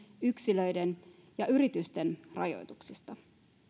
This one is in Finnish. yksilöiden ja yritysten rajoituksista